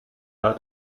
hat